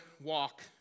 walk